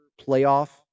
playoff